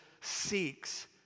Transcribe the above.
seeks